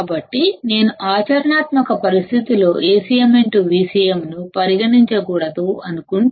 కాబట్టి AcmVcm ను పరిగణించ కూడదు అని అనుకుంటే